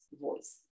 voice